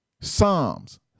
Psalms